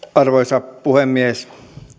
arvoisa puhemies